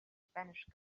spanish